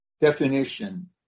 Definition